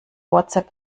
whatsapp